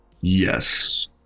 Yes